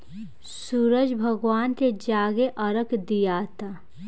सूरज भगवान के जाके अरग दियाता